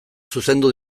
zuzendu